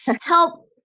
help